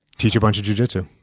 teach a bunch of jiu-jitsu.